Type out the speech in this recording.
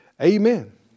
Amen